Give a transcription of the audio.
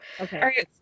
Okay